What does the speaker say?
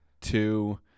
two